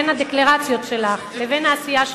בין הדקלרציות שלך לבין העשייה שלך,